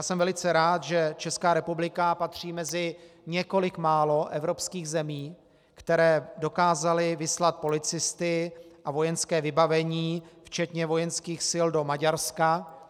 Jsem velice rád, že Česká republika patří mezi několik málo evropských zemí, které dokázaly vyslat policisty a vojenské vybavení včetně vojenských sil do Maďarska.